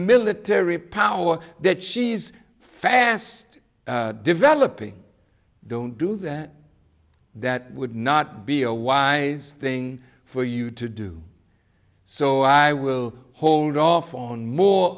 military power that she's fast developing don't do that that would not be a wise thing for you to do so i will hold off on more